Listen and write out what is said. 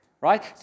right